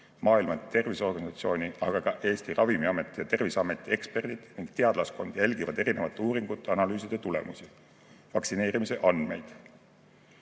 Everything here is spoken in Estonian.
Maailma Terviseorganisatsiooni, aga ka Eesti Ravimiameti ja Terviseameti eksperdid ning teadlaskond jälgivad erinevate uuringute analüüside tulemusi ja vaktsineerimise andmeid.